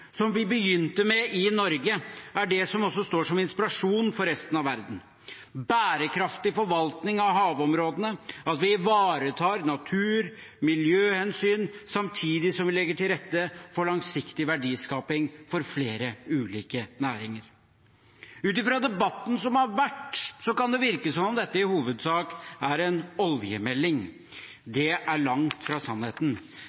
som vi begynte med i Norge – er det som også står som inspirasjon for resten av verden: bærekraftig forvaltning av havområdene, at vi ivaretar natur- og miljøhensyn samtidig som vi legger til rette for langsiktig verdiskaping for flere ulike næringer. Ut fra debatten som har vært, kan det virke som om dette i hovedsak er en oljemelding.